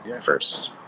first